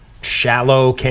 shallow